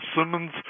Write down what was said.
Simmons